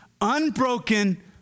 unbroken